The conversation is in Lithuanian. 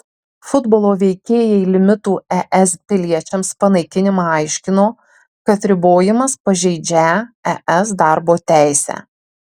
futbolo veikėjai limitų es piliečiams panaikinimą aiškino kad ribojimas pažeidžią es darbo teisę